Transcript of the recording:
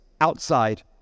outside